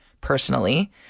personally